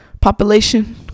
population